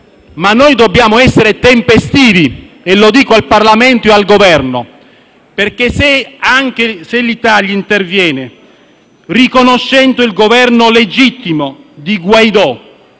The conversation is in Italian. Ma noi dobbiamo essere tempestivi (lo dico al Parlamento e al Governo): se l'Italia interviene riconoscendo il Governo legittimo di Guaidó